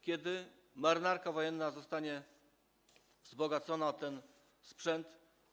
Kiedy Marynarka Wojenna zostanie wzbogacona o ten sprzęt?